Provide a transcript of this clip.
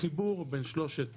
החיבור בין שלושת